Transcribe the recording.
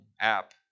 app